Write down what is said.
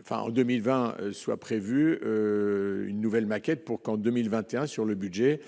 enfin en 2020 soit prévue une nouvelle maquette pour qu'en 2021 sur le budget,